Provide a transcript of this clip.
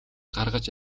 гаргаж